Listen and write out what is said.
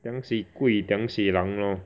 tiang si gui tiang si lang lor